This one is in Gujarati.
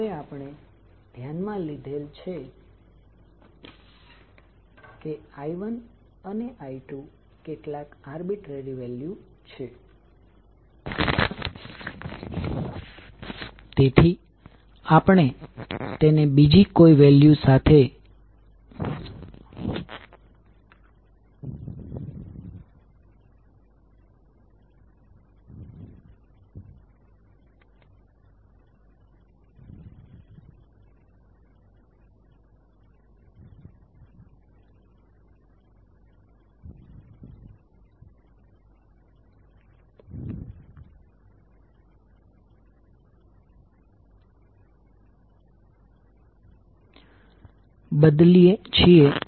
હવે આપણે જાણીએ છીએ કે બંને કોઈલ ફિઝિકલી એકબીજાથી અલગ છે તેનો અર્થ એ કે તે ઈલેકટ્રીકલી કનેક્ટેડ નથી